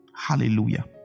hallelujah